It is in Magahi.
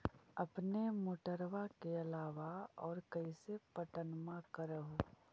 अपने मोटरबा के अलाबा और कैसे पट्टनमा कर हू?